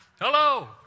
Hello